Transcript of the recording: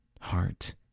heart